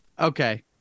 Okay